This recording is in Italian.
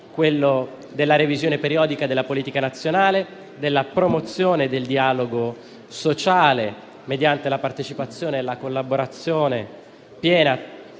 ambiti: la revisione periodica della politica nazionale, la promozione del dialogo sociale mediante la partecipazione e la collaborazione piena,